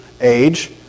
age